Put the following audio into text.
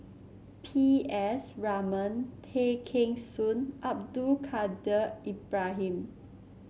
P S Raman Tay Kheng Soon Abdul Kadir Ibrahim